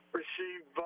received